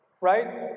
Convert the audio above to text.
Right